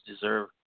deserve